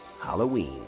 Halloween